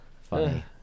Funny